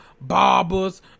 barbers